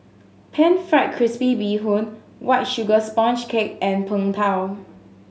Pan Fried Crispy Bee Hoon White Sugar Sponge Cake and Png Tao